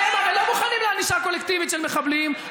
אתם הרי לא מוכנים לענישה קולקטיבית של מחבלים,